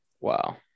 Wow